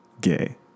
gay